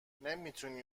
نمیتونی